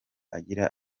agira